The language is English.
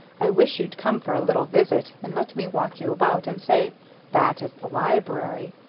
i wish you'd come for a little visit and let me walk you about and say that is the library.